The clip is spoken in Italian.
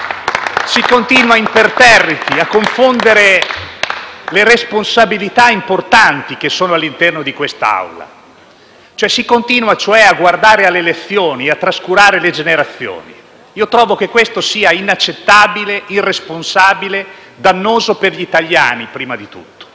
Si continua imperterriti a confondere le responsabilità importanti che sono all'interno di questa Assemblea; si continua, cioè, a guardare alle elezioni e a trascurare le generazioni. Trovo che questo sia inaccettabile, irresponsabile, dannoso per gli italiani prima di tutto.